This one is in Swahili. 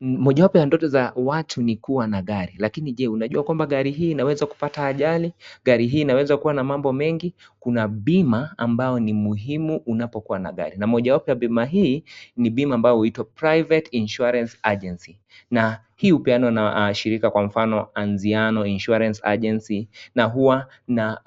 Moja wapo ya ndoto za watu ni kuwa na gari , lakini je unajua kwamba gari hii inaweza kupata ajali , gari hii inaweza kuwa na mambo mengi kuna bima ambayo ni muhimu unapokua na gari na moja wapo ya bima hii ni bima ambayo huitwa private insurance agency na hii hupeanwa na shirika kwa mfano Anziano Insurance Agency na huwa na